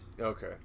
okay